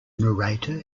narrator